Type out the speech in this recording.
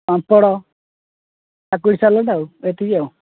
ପାମ୍ପଡ଼ କାକୁଡ଼ି ସାଲାଡ଼ ଆଉ ଏତିକି ଆଉ